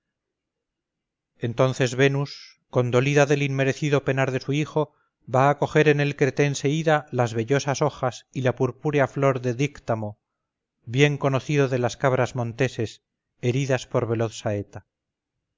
entonces venus condolida del inmerecido penar de su hijo va a coger en el cretense ida las vellosas hojas y la purpúrea flor del díctamo bien conocido de las cabras monteses heridas por veloz